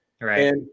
right